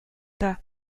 pas